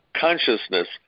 consciousness